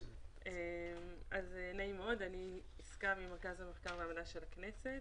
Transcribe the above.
אני מהמרכז למחקר ומידע של הכנסת.